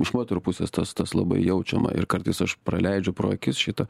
iš moterų pusės tas tas labai jaučiama ir kartais aš praleidžiu pro akis šitą